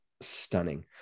stunning